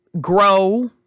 grow